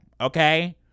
Okay